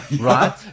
right